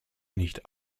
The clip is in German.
nicht